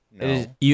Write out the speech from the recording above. No